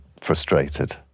frustrated